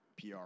PR